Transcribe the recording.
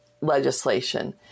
legislation